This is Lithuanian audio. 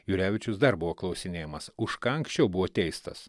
jurevičius dar buvo klausinėjamas už ką anksčiau buvo teistas